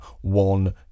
one